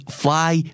fly